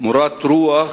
מורת רוח